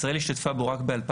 ישראל השתתפה בו רק ב-2012,